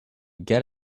get